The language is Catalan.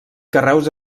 carreus